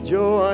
Joe